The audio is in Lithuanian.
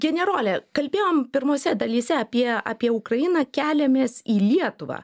generole kalbėjom pirmose dalyse apie apie ukrainą keliamės į lietuvą